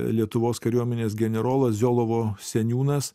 lietuvos kariuomenės generolas ziolovo seniūnas